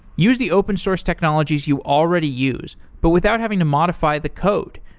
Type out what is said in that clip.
use the open source technologies you already use, but without having to modify the code,